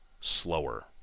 slower